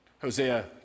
Hosea